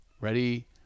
Ready